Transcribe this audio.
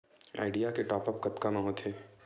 Idea के top up कतका म होथे?